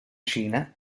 cina